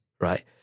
right